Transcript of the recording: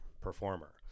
performer